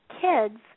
kids